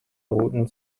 routen